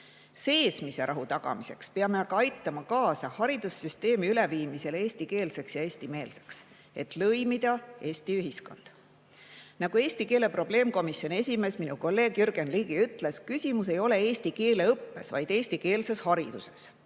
Sisemise rahu tagamiseks peame aga aitama kaasa haridussüsteemi üleviimisele eestikeelseks ja eestimeelseks, et lõimida Eesti ühiskonda. Nagu eesti keele [õppe arengu] probleemkomisjoni esimees, meie kolleeg Jürgen Ligi ütles, küsimus ei ole eesti keele õppes, vaid eestikeelses hariduses.